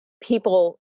people